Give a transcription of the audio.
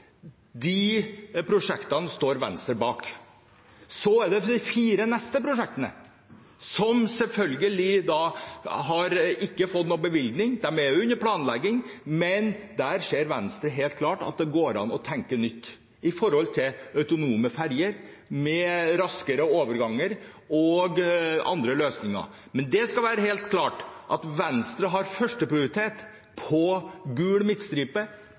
De prosjektene står Venstre bak. Så er det de fire neste prosjektene, som selvfølgelig ikke har fått noen bevilgning. De er under planlegging, men der ser Venstre helt klart at det går an å tenke nytt når det gjelder autonome ferjer med raskere overganger og andre løsninger. Men det skal være helt klart at Venstres førsteprioritet er gul midtstripe,